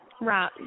Right